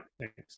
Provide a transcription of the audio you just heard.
Thanks